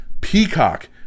Peacock